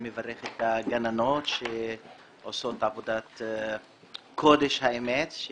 אני מברך את הגננות שעושות עבודת קודש, כי